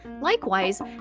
Likewise